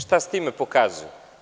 Šta sa time pokazuje?